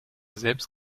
selbst